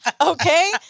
okay